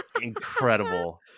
Incredible